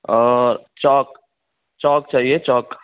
اور chalk chalk چاہیے چاک